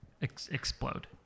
explode